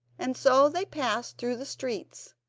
and so they passed through the streets,